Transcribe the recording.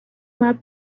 باید